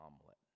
omelet